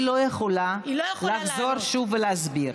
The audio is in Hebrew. היא לא יכולה לחזור שוב ולהסביר.